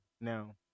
Now